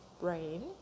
Brain